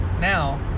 Now